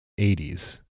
80s